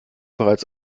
bereits